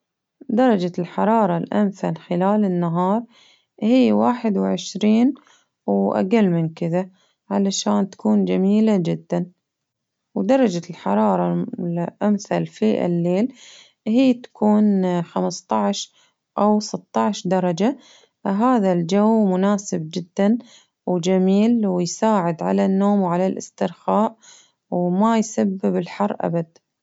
درجة الحرارة الأنسب خلال النهار هي واحد وعشرين وأقل من كذا، علشان تكون جميلة جدا، ودرجة الحرارة ال الأمثل في الليل هي تكون خمسة عشر أو ستة عشر درجة، فهذا الجو مناسب جدا وجميل ويساعد على النوم وعلى الاسترخاء، وما يسبب الحر أبد.